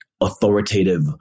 authoritative